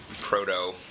proto